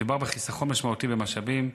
מדובר בחיסכון משמעותי במשאבים,